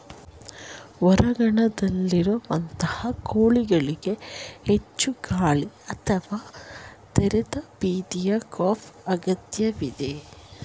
ಹೊರಾಂಗಣದಲ್ಲಿರುವಂತಹ ಕೋಳಿಗಳಿಗೆ ಹೆಚ್ಚು ಗಾಳಿ ಅಥವಾ ತೆರೆದ ಬದಿಯ ಕೋಪ್ ಅಗತ್ಯವಿದೆ